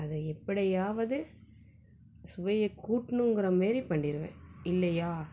அதை எப்படியாவது சுவையை கூட்டணுங்குற மாரி பண்ணிடுவேன் இல்லையா